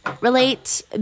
relate